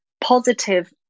positive